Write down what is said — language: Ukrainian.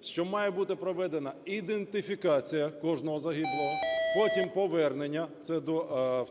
що має бути проведена ідентифікація кожного загиблого, потім повернення (це до